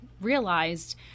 realized